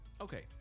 Okay